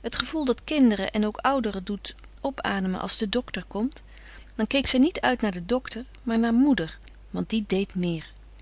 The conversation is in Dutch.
het gevoel dat kinderen en ook ouderen doet opademen als de doctor komt dan keek zij niet uit naar den doctor maar naar moeder want die deed meer